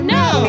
no